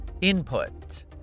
Input